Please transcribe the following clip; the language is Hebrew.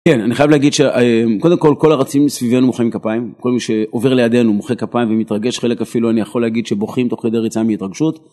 כן אני חייב להגיד שקודם כל כל הרצים מסביבנו מוחאים כפיים כל מי שעובר לידינו מוחא כפיים ומתרגש חלק אפילו אני יכול להגיד שבוכים תוך כדי ריצה מהתרגשות